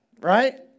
right